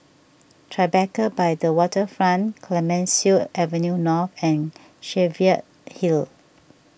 Tribeca by the Waterfront Clemenceau Avenue North and Cheviot Hill